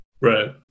Right